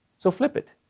so flip it,